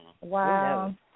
Wow